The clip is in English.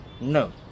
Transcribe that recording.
no